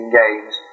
games